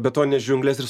be to nes džiunglės ir